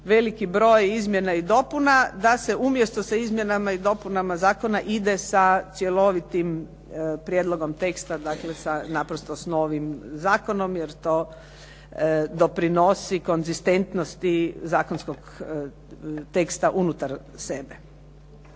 veliki broj izmjena i dopuna da se umjesto sa izmjenama i dopunama zakona ide sa cjelovitim prijedlogom teksta, dakle sa naprosto s novim zakonom jer to doprinosi konzistentnosti zakonskog teksta unutar sebe.